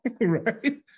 Right